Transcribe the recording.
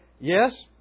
Yes